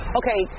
okay